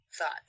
thought